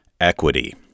equity